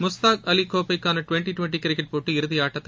முஸ்தாக் அலி கோப்பைக்கான twenty twenty cricket போட்டி இறுதி ஆட்டத்தில்